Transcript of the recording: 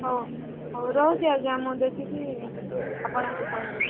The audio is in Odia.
ହଉ ହଉ ରହୁଛି ଆଜ୍ଞା ମୁଁ ଦେଖିକି ଆପଣଙ୍କୁ କହିବି